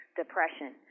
depression